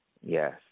Yes